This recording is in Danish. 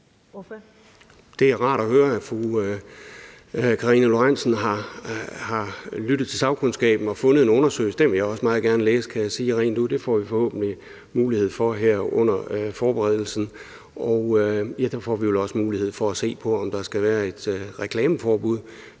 Det er rart at høre, at fru Karina Lorentzen Dehnhardt har lyttet til sagkundskaben og fundet en undersøgelse. Den vil jeg også meget gerne læse, kan jeg sige rent ud. Det får vi forhåbentlig mulighed for her under forberedelsen. Der får vi vel også mulighed for at se på, om der skal være et reklameforbud.